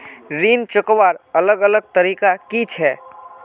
ऋण चुकवार अलग अलग तरीका कि छे?